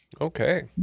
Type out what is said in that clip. Okay